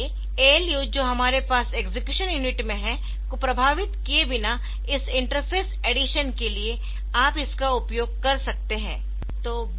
इसलिए ALU जो हमारे पास एक्सेक्युशन यूनिट में है को प्रभावित किए बिना इस इंटरफ़ेस ऐडिशन के लिए आप इसका उपयोग कर सकते है